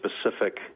specific